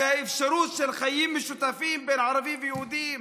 שהאפשרות של חיים משותפים בין ערבים ויהודים,